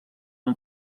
amb